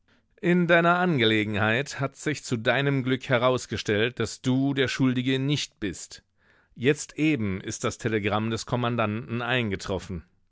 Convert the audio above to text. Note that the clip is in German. in deiner angelegenheit hat sich zu deinem glück herausgestellt daß du der schuldige nicht bist jetzt eben ist das telegramm des kommandanten eingetroffen